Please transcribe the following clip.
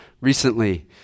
recently